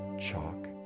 Chalk